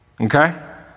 Okay